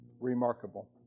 remarkable